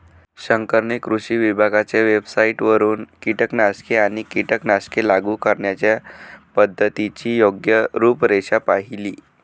शंकरने कृषी विभागाच्या वेबसाइटवरून कीटकनाशके आणि कीटकनाशके लागू करण्याच्या पद्धतीची योग्य रूपरेषा पाहिली